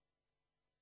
בממשלה.